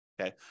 okay